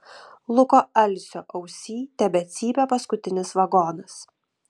luko alsio ausyj tebecypia paskutinis vagonas